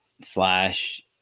slash